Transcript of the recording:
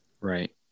right